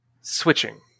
switching